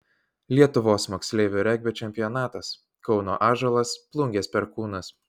lietuvos moksleivių regbio čempionatas kauno ąžuolas plungės perkūnas